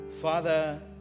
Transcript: Father